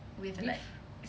with